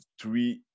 three